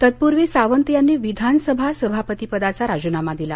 तत्पूर्वी सावंत यांनी विधानसभा सभापतीपदाचा राजीनामा दिला